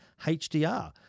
HDR